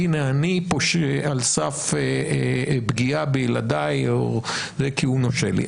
והנה אני על סף פגיעה בילדיי כי הוא נושה לי.